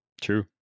True